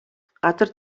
газар